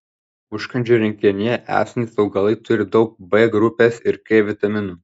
užkandžių rinkinyje esantys augalai turi daug b grupės ir k vitaminų